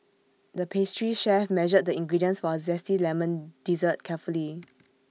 the pastry chef measured the ingredients for A Zesty Lemon Dessert carefully